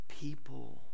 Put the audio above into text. people